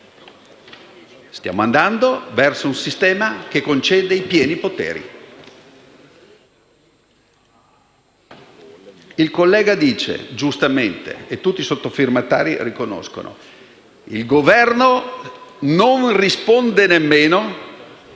Stiamo andando verso un sistema che concede i pieni poteri. Il collega Amidei dice, giustamente - e tutti i sottofirmatari riconoscono - che il Governo non risponde neanche